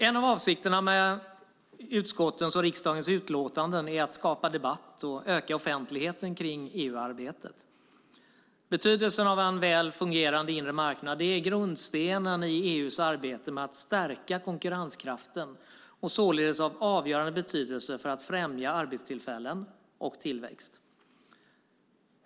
En av avsikterna med utskottens och riksdagens utlåtanden är att skapa debatt och öka offentligheten kring EU-arbetet. Betydelsen av en väl fungerande inre marknad är grundstenen i EU:s arbete med att stärka konkurrenskraften och således av avgörande betydelse för att främja arbetstillfällen och tillväxt.